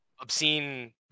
obscene